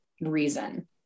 reason